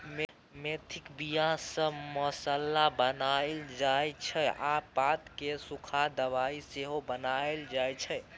मेथीक बीया सँ मसल्ला बनाएल जाइ छै आ पात केँ सुखा दबाइ सेहो बनाएल जाइ छै